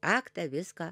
aktą viską